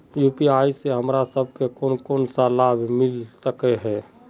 UPI से हमरा सब के कोन कोन सा लाभ मिलबे सके है?